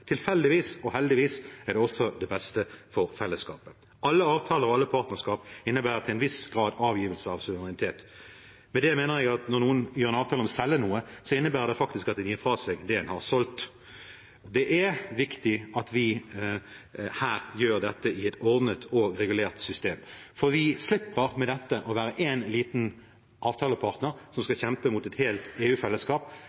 Tilfeldigvis – og heldigvis – er det også det beste for fellesskapet. Alle avtaler og alle partnerskap innebærer til en viss grad avgivelse av suverenitet. Med det mener jeg at når noen gjør en avtale om å selge noe, innebærer det faktisk at en gir fra seg det en har solgt. Det er viktig at vi gjør dette i et ordnet og regulert system, for vi slipper med dette å være en liten avtalepartner som